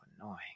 annoying